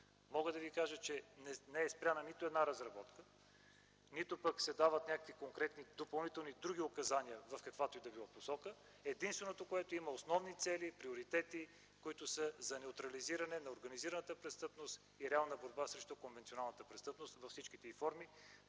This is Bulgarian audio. Мога да ви кажа, че не е спряна нито една разработка, нито пък се дават някакви конкретни допълнителни други указания в каквато и да било посока, единственото основни цели и приоритети за неутрализиране на организираната престъпност и реална борба срещу конвенционалната престъпност във всичките й форми,